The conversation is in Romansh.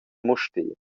mustér